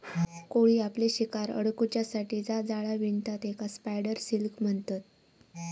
कोळी आपली शिकार अडकुच्यासाठी जा जाळा विणता तेकाच स्पायडर सिल्क म्हणतत